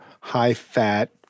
high-fat